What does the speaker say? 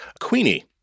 queenie